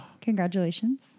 congratulations